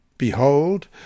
Behold